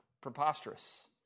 preposterous